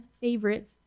favorite